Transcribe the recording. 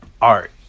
art